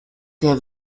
der